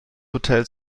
hotel